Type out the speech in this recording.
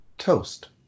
Toast